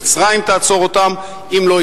עכשיו,